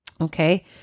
Okay